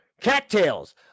Cattails